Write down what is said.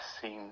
seems